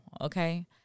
okay